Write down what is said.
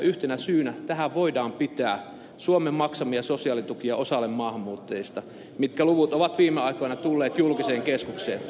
yhtenä syynä tähän voidaan pitää suomen maksamia sosiaalitukia osalle maahanmuuttajista mitkä luvut ovat viime aikoina tulleet julkiseen keskusteluun